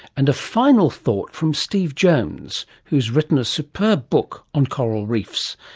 and a final thought from steve jones who has written a superb book on coral reefs,